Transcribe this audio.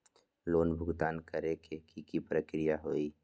Loan भुगतान करे के की की प्रक्रिया होई?